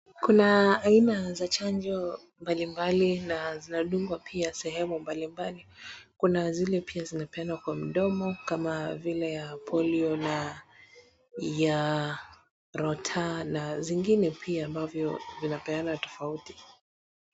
Kuna aina za chanjo mbalimbali na zinadungwa pia sehemu mbalimbali, kuna zile pia zinapeanwa kwa mdomo kama vile ya polio na rota na zingine pia ambazo zinapeanwa tofauti.